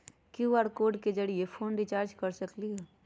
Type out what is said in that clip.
QR code के जरिय phone recharge कर सकली ह?